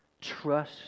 trust